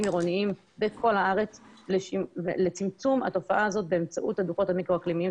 עירוניים בכל הארץ לצמצום התופעה הזאת באמצעות הדוחות המיקרו אקלימיים.